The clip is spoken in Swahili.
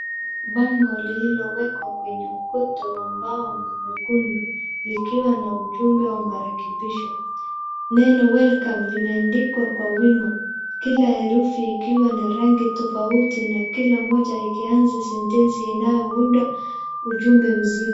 Bango lililowekwa kwenye ukuta wa mbao mwekundu likiwa na ujumbe wa marekembisho. Neno welcome limeandikwa kwa wima. Kila herufi ikiwa na rangi tofauti na kila moja ikianza sentensi inayounda ujumbe mzima.